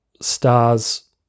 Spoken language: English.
stars